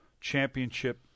championship